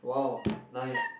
!wow! nice